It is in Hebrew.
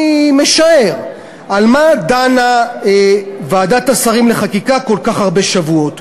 אני משער על מה דנה ועדת השרים לחקיקה כל כך הרבה שבועות.